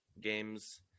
games